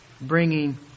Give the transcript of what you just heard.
bringing